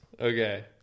Okay